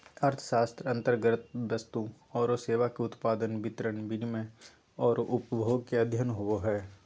अर्थशास्त्र अन्तर्गत वस्तु औरो सेवा के उत्पादन, वितरण, विनिमय औरो उपभोग के अध्ययन होवो हइ